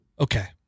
Okay